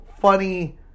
funny